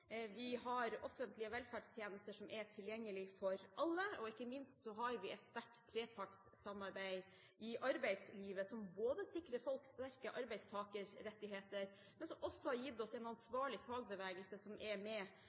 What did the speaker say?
Vi har offentlige velferdstjenester som er tilgjengelige for alle, og ikke minst har vi et sterkt trepartssamarbeid i arbeidslivet som sikrer folk sterke arbeidstakerrettigheter, og som også har gitt oss en ansvarlig fagbevegelse som er med